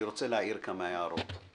אני רוצה להעיר כמה הערות.